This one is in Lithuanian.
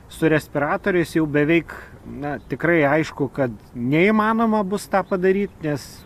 su respiratoriais jau beveik na tikrai aišku kad neįmanoma bus tą padaryt nes